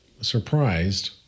Surprised